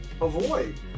avoid